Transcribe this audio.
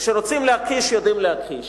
כשרוצים להכחיש, יודעים להכחיש.